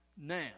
now